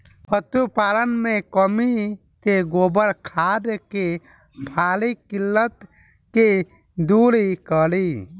पशुपालन मे कमी से गोबर खाद के भारी किल्लत के दुरी करी?